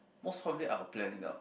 most probably I will plan it out